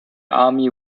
army